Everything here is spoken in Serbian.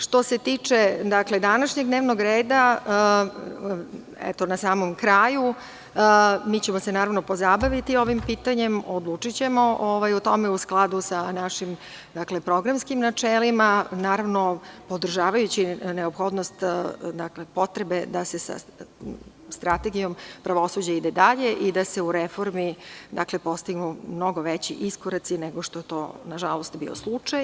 Što se tiče današnjeg dnevnog reda, na samom kraju, mi ćemo se, naravno, pozabaviti ovim pitanjem i odlučićemo o tome u skladu sa našim programskim načelima, podržavajući neophodnost potrebe da se sa strategijom pravosuđa ide dalje i da se u reformi postignu mnogo veći iskoraci nego što je to, nažalost, bio slučaj.